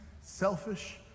Selfish